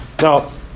Now